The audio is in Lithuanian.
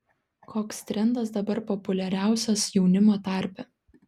koks trendas dabar populiariausias jaunimo tarpe